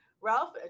Ralph